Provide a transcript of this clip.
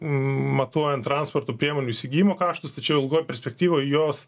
matuojant transporto priemonių įsigijimo kaštus tačiau ilgoje perspektyvoj jos